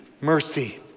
mercy